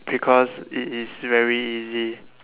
because it is very easy